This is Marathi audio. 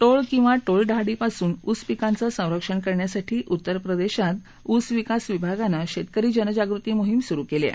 टोळ किंवा टोळधाडीपासून ऊस पिकाचं संरक्षण करण्यासाठी उत्तर प्रदेशात ऊस विकास विभागानं शेतकरी जनजागृती मोहीम सुरु केली आहे